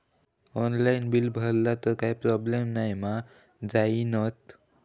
Online bill भरला तर काय प्रोब्लेम नाय मा जाईनत?